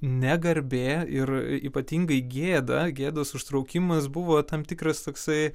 ne garbė ir ypatingai gėda gėdos užtraukimas buvo tam tikras toksai